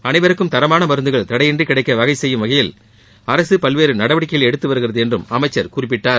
அனைவருக்கும் தரமான மருந்துகள் தடையின்றி கிடைக்க செய்யும் வகையில் அரசு பல்வேறு நடவடிக்கைகளை எடுத்துவருகிறது என்றும் அமைச்சர் குறிப்பிட்டார்